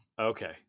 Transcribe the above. Okay